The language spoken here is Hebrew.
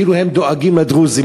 כאילו הם דואגים לדרוזים.